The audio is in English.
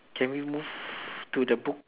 can we move to the book